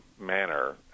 manner